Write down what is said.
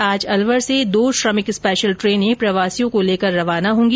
आज अलवर से दो श्रमिक स्पेशल ट्रेनें प्रवासियों को लेकर रवाना होगी